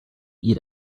eat